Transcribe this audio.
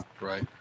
right